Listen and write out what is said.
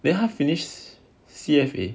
then he finished C_F_A